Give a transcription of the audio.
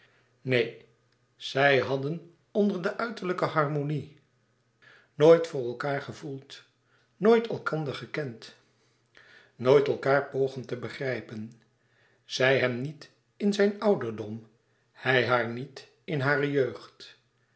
neen zij hadden onder de uiterlijke harmonie nooit voor elkaâr gevoeld nooit elkander gekend nooit elkaâr pogen te begrijpen zij hem niet in zijn ouderdom hij haar niet in hare jeugd